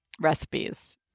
recipes